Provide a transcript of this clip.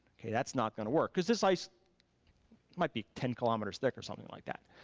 okay. that's not gonna work, cause this ice might be ten kilometers thick or something like that.